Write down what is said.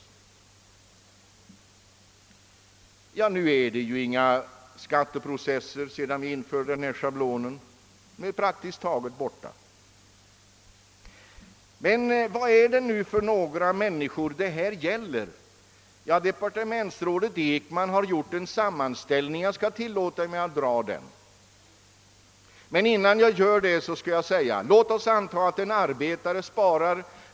Sedan vi införde denna schablonberäkning har skatteprocesserna av detta slag praktiskt taget försvunnit. Vilka människor är det nu som detta gäller? Departementsrådet Ekman har gjort en sammanställning, som jag skall tillåta mig redogöra för, men dessförinnan skall jag säga en annan sak.